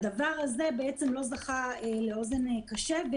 הדבר הזה לא זכה לאוזן קשבת,